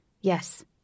Yes